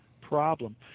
problem